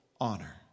honor